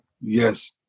Yes